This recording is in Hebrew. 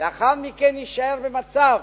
ולאחר מכן נישאר במצב